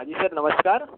हाँ जी सर नमस्कार